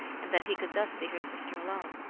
and that he could thus see her sister alone.